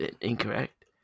Incorrect